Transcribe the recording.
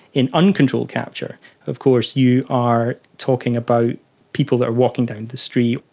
in uncontrolled capture of course you are talking about people that are walking down the street,